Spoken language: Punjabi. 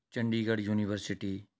ਚੰਡੀਗੜ੍ਹ ਯੂਨੀਵਰਸਿਟੀ